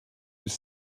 was